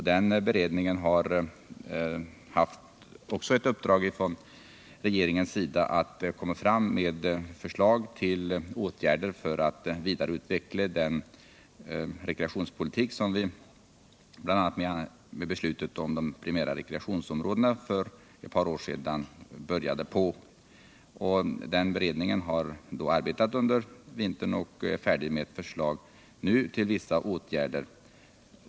Denna beredning har också haft i uppdrag från regeringen att lägga fram förslag till åtgärder för att möjliggöra en vidare utveckling av den rekreationspolitik som vi bl.a. med beslutet om de primära rekreationsområdena för ett par år sedan påbörjade. Beredningen har arbetat under vintern och kan nu lämna fram ett förslag till vissa åtgärder.